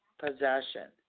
possession